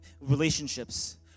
relationships